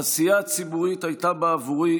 העשייה הציבורית הייתה עבורי,